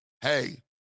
hey